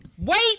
Wait